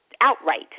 outright